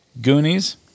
Goonies